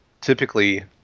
typically